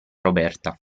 roberta